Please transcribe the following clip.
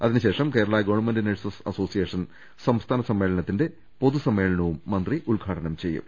അതിനുശേഷം Kerala government nurses association സംസ്ഥാന സമ്മേളന ത്തിന്റെ പൊതു സമ്മേളനവും അദ്ദേഹം ഉദ്ഘാടനം ചെയ്യും